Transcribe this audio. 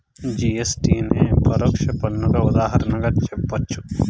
GST నే పరోక్ష పన్నుకు ఉదాహరణగా జెప్పచ్చు